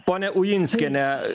ponia ujinskiene